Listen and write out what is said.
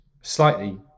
slightly